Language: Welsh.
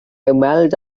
ymweld